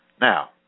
Now